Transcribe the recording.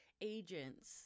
agents